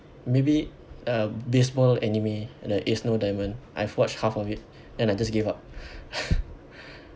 maybe uh baseball anime like ace no diamond I've watched half of it and I just gave up